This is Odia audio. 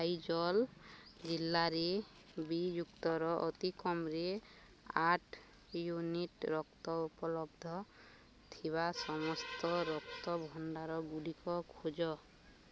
ଆଇଜଲ୍ ଜିଲ୍ଲାରେ ବି ଯୁକ୍ତର ଅତିକମ୍ରେ ଆଠ ୟୁନିଟ୍ ରକ୍ତ ଉପଲବ୍ଧ ଥିବା ସମସ୍ତ ରକ୍ତଭଣ୍ଡାର ଗୁଡ଼ିକ ଖୋଜ